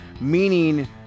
Meaning